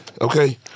Okay